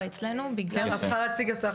גמישות לשלם